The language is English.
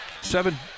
Seven